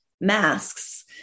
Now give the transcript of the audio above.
masks